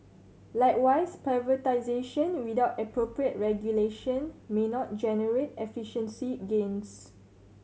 likewise privatisation without appropriate regulation may not generate efficiency gains